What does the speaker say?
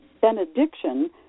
benediction